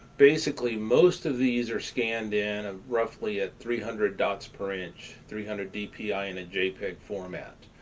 basically, most of these are scanned in at roughly at three hundred dots per inch, three hundred dpi, in a jpeg format.